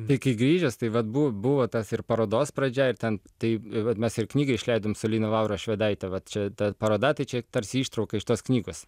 bet kai grįžęs tai vat bu buvo tas ir parodos pradžia ir ten tai vat mes ir knygą išleidom su lina laura švedaite va čia ta paroda tai čia tarsi ištrauka iš tos knygos